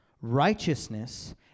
Righteousness